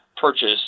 purchase